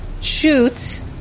shoot